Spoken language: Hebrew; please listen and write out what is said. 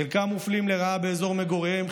חלקם מופלים לרעה באזור מגוריהם,